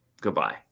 goodbye